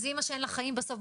זאת אמא שאין לה חיים בסוף,